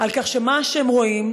על כך שמה שהם רואים